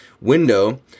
window